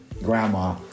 grandma